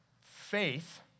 Faith